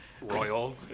Royal